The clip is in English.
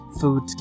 food